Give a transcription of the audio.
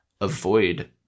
avoid